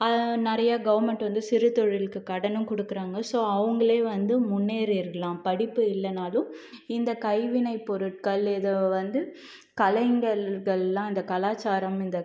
நிறைய கவர்மெண்ட் வந்து சிறுதொழிலுக்கு கடனும் கொடுக்குறாங்க ஸோ அவங்களே வந்து முன்னேறிடலாம் படிப்பு இல்லைனாலும் இந்த கைவினைப்பொருட்கள் இதை வந்து கலைஞர்களெல்லாம் இந்த கலாச்சரம் இந்த